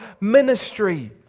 Ministry